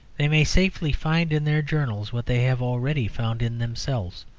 they may safely find in their journals what they have already found in themselves.